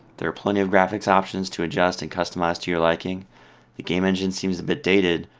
there are plenty of graphics options to adjust and customize to your liking the game engine seems a bit dated,